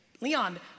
Leon